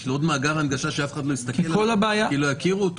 בשביל עוד מאגר הנגשה שאף אחד לא יסתכל עליו כי לא יכירו אותו?